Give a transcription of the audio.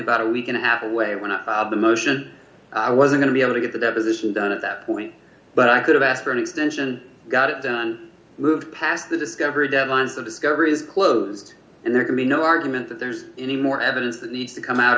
about a week and a half away when i the motion i was going to be able to get the deposition done at that point but i could've asked for an extension got it done and move past the discovery deadlines of discovery is closed and there can be no argument that there's any more evidence that needs to come out